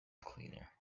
cleaner